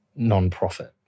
nonprofit